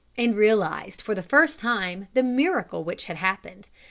and realised, for the first time, the miracle which had happened.